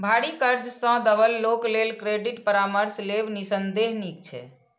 भारी कर्ज सं दबल लोक लेल क्रेडिट परामर्श लेब निस्संदेह नीक छै